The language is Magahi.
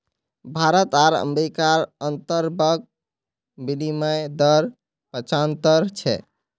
भारत आर अमेरिकार अंतर्बंक विनिमय दर पचाह्त्तर छे